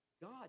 God